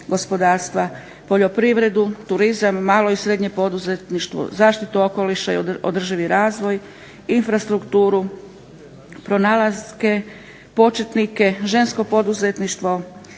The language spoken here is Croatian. gospodarstva, poljoprivredu, turizam, malo i srednje poduzetništvo, zaštitu okoliša i održivi razvoj, infrastrukturu, pronalaske, početnike, žensko poduzetništvo,